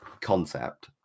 concept